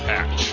Patch